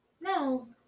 No